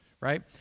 right